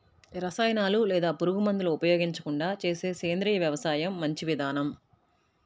రసాయనాలు లేదా పురుగుమందులు ఉపయోగించకుండా చేసే సేంద్రియ వ్యవసాయం మంచి విధానం